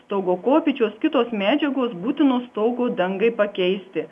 stogo kopėčios kitos medžiagos būtinos stogo dangai pakeisti